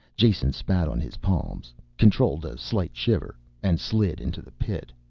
jason spat on his palms, controlled a slight shiver and slid into the pit.